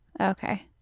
okay